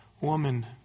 woman